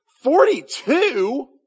Forty-two